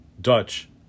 Dutch